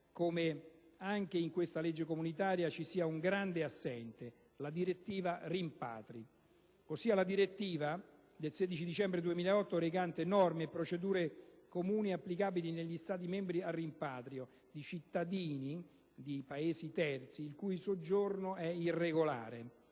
come anche in questa legge comunitaria ci sia un grande assente: la direttiva rimpatri, ossia la direttiva n. 115 del 16 dicembre 2008, recante norme e procedure comuni applicabili negli Stati membri al rimpatrio di cittadini di Paesi terzi il cui soggiorno è irregolare.